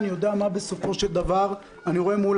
אני יודע מה בסופו של דבר אני רואה מול